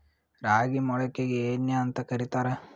ರಾಗಿ ಮೊಳಕೆಗೆ ಏನ್ಯಾಂತ ಕರಿತಾರ?